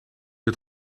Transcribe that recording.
het